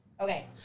Okay